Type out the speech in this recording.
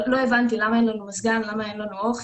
לא הבנתי למה אין לנו מזגן, למה אין לנו אוכל.